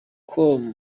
com